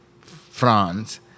France